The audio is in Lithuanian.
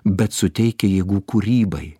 bet suteikia jėgų kūrybai